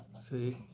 see,